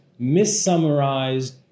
missummarized